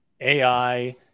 AI